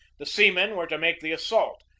the seamen were to make the assault,